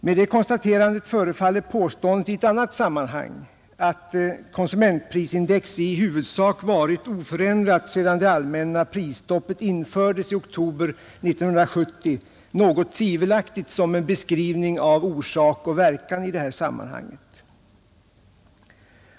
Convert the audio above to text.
Med det konstaterandet förefaller påståendet i ett annat sammanhang, att konsumentprisindex i huvudsak varit oförändrat sedan det allmänna prisstoppet infördes i oktober 1970, något tvivelaktigt som en beskrivning av orsak och verkan i detta sammanhang.